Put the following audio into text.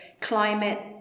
climate